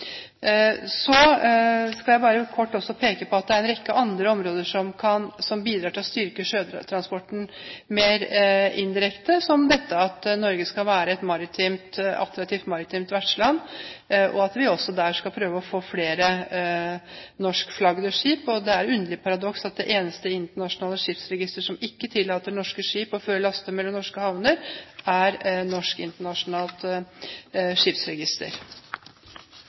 Så skal jeg bare kort peke på at det er en rekke andre områder som bidrar til å styrke sjøtransporten mer indirekte, som dette at Norge skal være et attraktivt maritimt vertsland, og at vi skal prøve å få flere norskflaggede skip. Det er underlig og et paradoks at det eneste internasjonale skipsregister som ikke tillater norske skip å føre laster mellom norske havner er Norsk Internasjonalt Skipsregister.